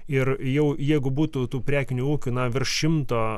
ir jau jeigu būtų tų prekinių ūkių na virš šimto